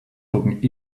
took